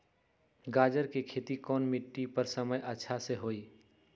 गाजर के खेती कौन मिट्टी पर समय अच्छा से होई?